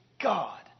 God